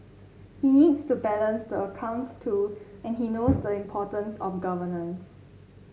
he needs to balance the accounts too and he knows the importance of governance